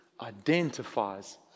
identifies